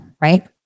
right